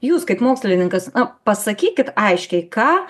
jūs kaip mokslininkas na pasakykit aiškiai ką